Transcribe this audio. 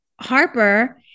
Harper